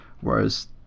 Whereas